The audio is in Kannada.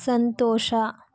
ಸಂತೋಷ